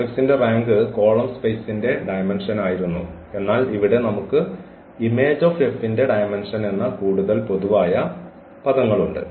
മാട്രിക്സിന്റെ rank column സ്പേസിന്റെ dimension ആയിരുന്നു എന്നാൽ ഇവിടെ നമുക്ക് Image of F ന്റെ ഡയമെന്ഷൻ എന്ന കൂടുതൽ പൊതുവായ പദങ്ങളുണ്ട്